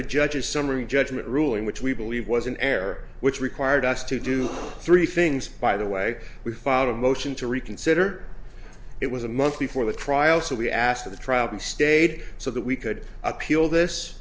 the judge's summary judgment ruling which we believe was an error which required us to do three things by the way we filed a motion to reconsider it was a month before the trial so we asked of the trial the state so that we could appeal this